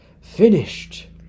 Finished